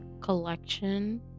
collection